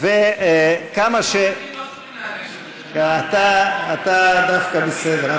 כמה אתה דווקא בסדר.